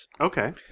Okay